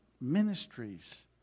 ministries